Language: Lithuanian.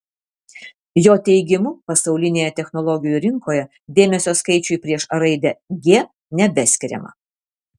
jo teigimu pasaulinėje technologijų rinkoje dėmesio skaičiui prieš raidę g nebeskiriama